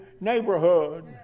neighborhood